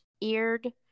eared